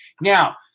Now